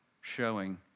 showing